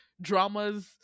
dramas